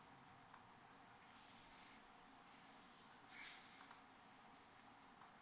uh